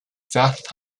death